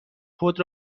خود